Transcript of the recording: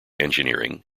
engineering